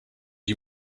you